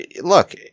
look